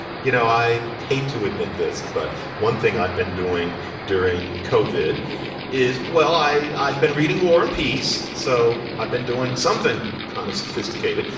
you know, i hate to admit this, but one thing i've been doing during covered is, well, i. i've been reading war and peace, so i've been doing something kind of sophisticated.